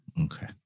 Okay